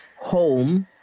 home